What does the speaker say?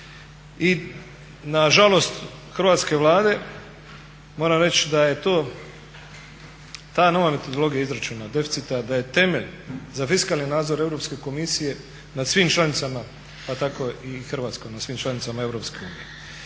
I nažalost Hrvatske Vlade moram reći da je to ta nova metodologija izračuna deficita da je temelj za fiskalni nadzor Europske komisije nad svim članicama pa tako i Hrvatske, svim članicama Europske unije.